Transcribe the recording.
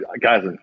guys